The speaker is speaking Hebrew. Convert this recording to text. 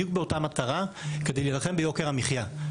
בדיוק באותה מטרה כדי להילחם ביוקר המחיה.